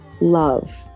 love